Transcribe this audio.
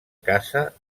casa